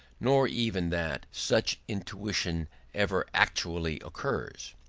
nor even that such intuition ever actually occurs.